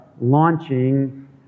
launching